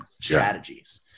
strategies